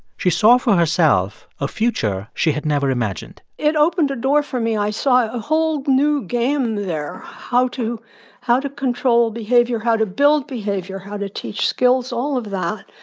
she saw for herself a future she had never imagined it opened a door for me. i saw a whole new game there how to how to control behavior, how to build behavior, how to teach skills, all of that,